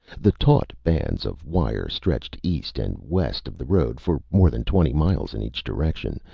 the taut bands of wire stretched east and west of the road for more than twenty miles in each direction,